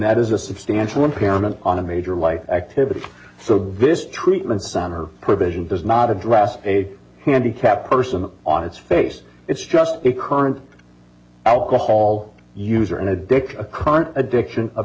that is a substantial impairment on a major life activity so this treatment center provision does not address a handicapped person on its face it's just a current alcohol use or an addict a current addiction of